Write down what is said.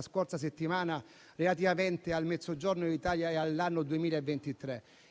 scorsa settimana relativamente al Mezzogiorno d'Italia e all'anno 2023.